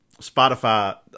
Spotify